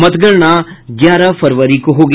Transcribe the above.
मतगणना ग्यारह फरवरी को होगी